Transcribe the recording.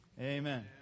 amen